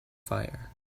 fire